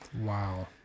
Wow